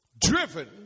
driven